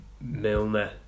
Milner